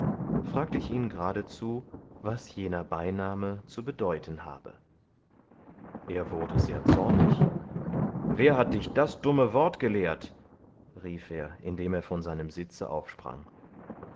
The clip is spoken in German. fragte ich ihn gradezu was jener beiname zu bedeuten habe er wurde sehr zornig wer hat dich das dumme wort gelehrt rief er indem er von seinem sitze aufsprang